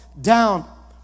down